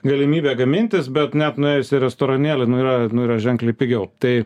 galimybė gamintis bet net nuėjus į restoranėlį nu yra nu yra ženkliai pigiau tai